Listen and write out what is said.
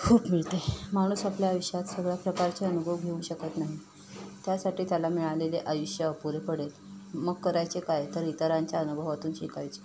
खूप मिळते माणूस आपल्या आयुष्यात सगळ्या प्रकारचे अनुभव घेऊ शकत नाही त्यासाठी त्याला मिळालेले आयुष्य अपुरे पडेल मग करायचे काय तर इतरांच्या अनुभवातून शिकायचे